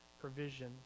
provision